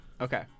Okay